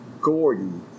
Gordon